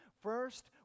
First